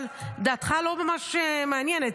אבל דעתך לא ממש מעניינת,